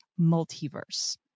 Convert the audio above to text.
multiverse